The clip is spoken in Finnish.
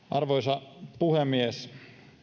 arvoisa puhemies